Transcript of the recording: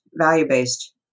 value-based